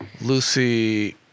Lucy